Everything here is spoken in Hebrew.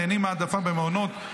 נהנים מהעדפה במעונות,